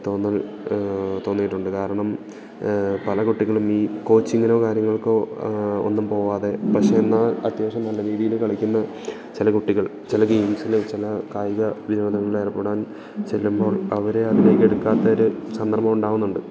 തോന്നൽ തോന്നിയിട്ടുണ്ട് കാരണം പല കുട്ടികളും ഈ കോച്ചിങ്ങിനോ കാര്യങ്ങൾക്കോ ഒന്നും പോവാതെ പക്ഷെ എന്നാൽ അത്യാവശ്യം നല്ല രീതിയില് കളിക്കുന്ന ചില കുട്ടികൾ ചില ഗെയിംസില് ചില കായിക വിനോദങ്ങളിൽ ഏർപ്പെടാൻ ചെല്ലുമ്പോൾ അവരെ അതിലേക്ക് എടുക്കാത്തൊരു സന്ദർഭം ഉണ്ടാവുന്നുണ്ട്